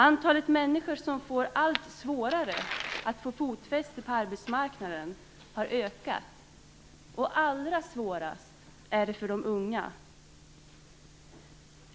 Antalet människor som får allt svårare att få fotfäste på arbetsmarknaden har ökat, och allra svårast är det för de unga.